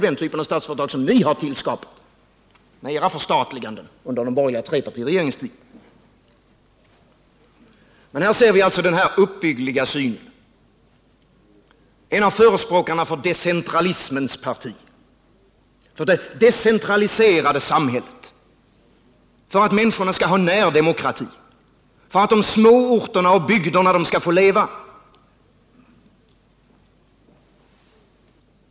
Denna typ av företag har ni under den borgerliga trepartiregeringens tid tillskapat genom era förstatliganden. Nu ser vi alltså den uppbyggliga synen: Här står en av förespråkarna för decentralismens parti, för det decentraliserade samhället, för att människorna skall ha närdemokrati, för att de små orterna och bygderna skall få leva.